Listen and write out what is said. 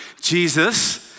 Jesus